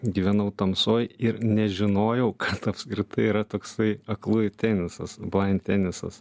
gyvenau tamsoj ir nežinojau kad apskritai yra toksai aklųjų tenisas blaind tenisas